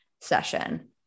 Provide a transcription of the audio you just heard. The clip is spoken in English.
session